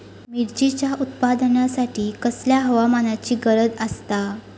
मिरचीच्या उत्पादनासाठी कसल्या हवामानाची गरज आसता?